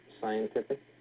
scientific